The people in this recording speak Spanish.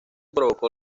provocó